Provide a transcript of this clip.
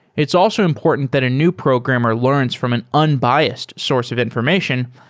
it's also important that a new programmer learns from an unbiased source of information,